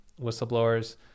whistleblowers